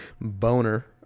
Boner